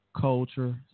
Culture